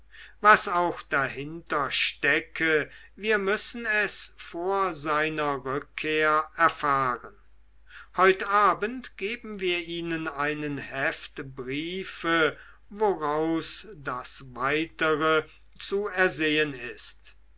was auch dahinterstecke wir müssen es vor seiner rückkehr erfahren heute abend geben wir ihnen einen heft briefe woraus das weitere zu ersehen ist